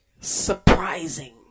surprising